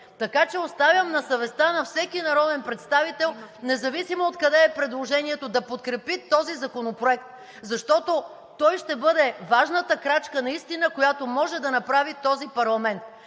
Така че оставам на съвестта на всеки народен представител, независимо откъде е предложението, да подкрепи този законопроект. Защото той ще бъде важната крачка наистина, която може да направи този парламент